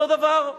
אותו דבר.